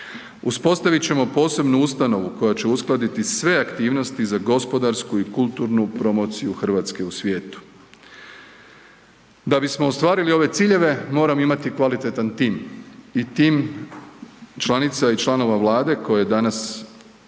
Uspostavit ćemo posebnu ustanovu koja će uskladiti sve aktivnosti za gospodarsku i kulturnu promociju RH u svijetu. Da bismo ostvarili ove ciljeve, moram imati kvalitetan tim i tim članica i članova Vlade koje danas